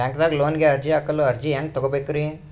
ಬ್ಯಾಂಕ್ದಾಗ ಲೋನ್ ಗೆ ಅರ್ಜಿ ಹಾಕಲು ಅರ್ಜಿ ಹೆಂಗ್ ತಗೊಬೇಕ್ರಿ?